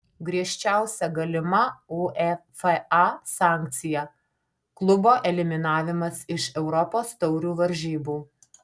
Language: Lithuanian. griežčiausia galima uefa sankcija klubo eliminavimas iš europos taurių varžybų